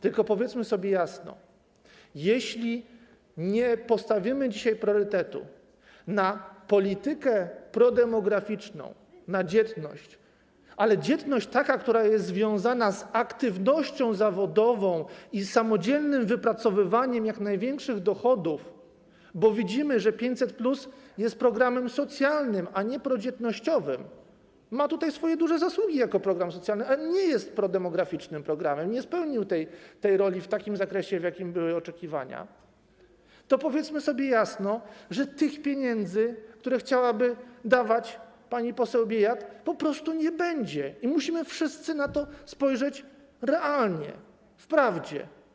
Tylko powiedzmy sobie jasno: jeśli nie przyznamy dzisiaj priorytetu polityce prodemograficznej, dzietności, ale dzietności takiej, która jest związana z aktywnością zawodową i samodzielnym wypracowywaniem jak największych dochodów, bo widzimy, że 500+ jest programem socjalnym, a nie prodzietnościowym, ma tutaj swoje duże zasługi jako program socjalny, ale nie jest programem prodemograficznym, nie spełnił tej roli w takim zakresie, w jakim były oczekiwania, to powiedzmy sobie jasno, że tych pieniędzy, które chciałaby dawać pani poseł Biejat, po prostu nie będzie i musimy wszyscy na to spojrzeć realnie, stanąć w prawdzie.